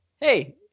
Hey